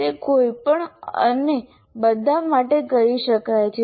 તે કોઈપણ અને બધા માટે કરી શકાય છે